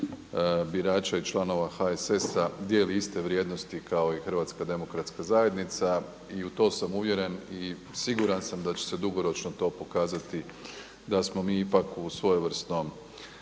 krug birača i članova HSS-a dijeli iste vrijednosti kao i HDZ i u to sam uvjeren i siguran sam da će se dugoročno to pokazati da smo mi ipak u svojevrsnom